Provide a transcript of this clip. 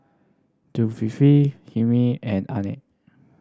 Zulkifli Hilmi and Ain